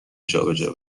جابجا